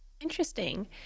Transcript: interesting